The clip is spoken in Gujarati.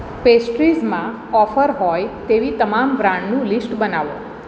પેસ્ટ્રીઝમાં ઓફર હોય તેવી તમામ બ્રાન્ડનું લિસ્ટ બનાવો